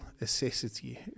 necessity